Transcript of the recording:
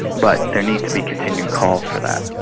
but there need to be continued calls for that.